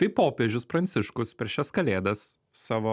tai popiežius pranciškus per šias kalėdas savo